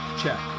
check